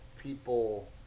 people